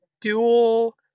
dual